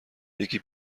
یکی